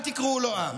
אל תיקראו לו עם,